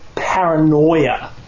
paranoia